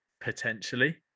potentially